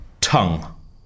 Tongue